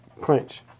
Crunch